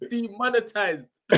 demonetized